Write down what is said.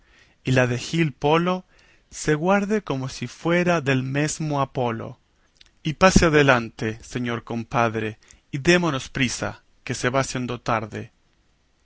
y la de gil polo se guarde como si fuera del mesmo apolo y pase adelante señor compadre y démonos prisa que se va haciendo tarde